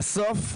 בסוף,